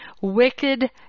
wicked